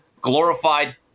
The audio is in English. glorified